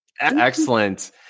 Excellent